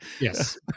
Yes